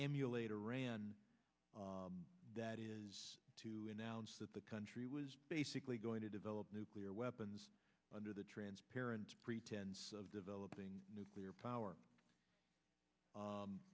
emulate iran that is to announce that the country was basically going to develop nuclear weapons under the transparent pretense of developing nuclear power